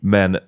Men